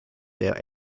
der